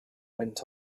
went